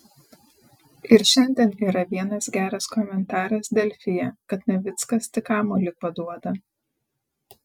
ir šiandien yra vienas geras komentaras delfyje kad navickas tik kamuolį paduoda